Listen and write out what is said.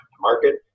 market